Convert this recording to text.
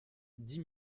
dix